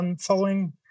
following